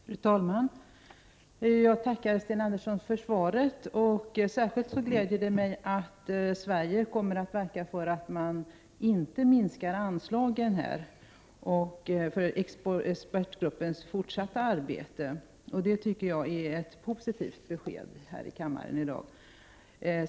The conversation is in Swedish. Fru talman! Jag tackar Sten Andersson för svaret. Det gläder mig särskilt att Sverige kommer att verka för att man inte minskar anslagen till expertgruppen för dess fortsatta arbete. Det tycker jag är ett positivt besked.